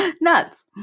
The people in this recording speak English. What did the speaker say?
nuts